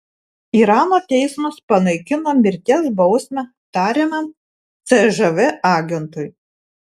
irano teismas panaikino mirties bausmę tariamam cžv agentui